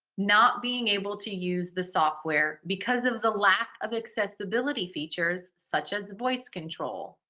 not being able to use the software because of the lack of accessibility features such as voice control.